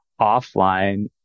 offline